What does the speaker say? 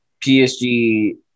PSG